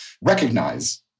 recognize